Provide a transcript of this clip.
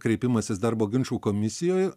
kreipimasis darbo ginčų komisijoj